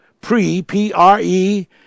pre-p-r-e